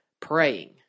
praying